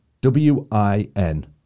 W-I-N